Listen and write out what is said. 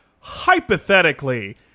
hypothetically